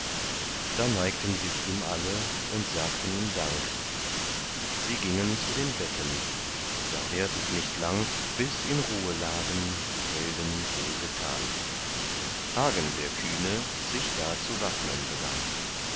da neigten sich ihm alle und sagten ihm dank sie gingen zu den betten da währt es nicht lang bis in ruhe lagen die helden wohlgetan hagen der kühne sich da zu waffnen begann